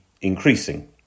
increasing